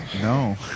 No